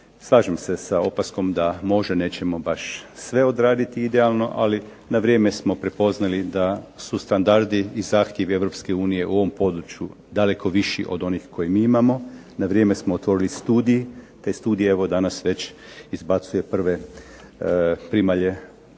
Slažem se sa opaskom da možda nećemo baš sve odraditi idealno, ali na vrijeme smo prepoznali da su standardi i zahtjevi EU u ovom području daleko viši od onih koje mi imamo, na vrijeme smo otvorili studij. Taj studij evo danas već izbacuje prve primalje u